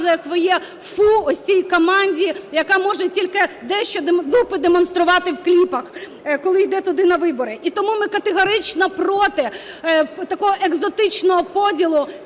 своє "фу" ось цій команді, яка може тільки дещо… дупи демонструвати в кліпах, коли йде туди на вибори. І тому ми категорично проти такого екзотичного поділу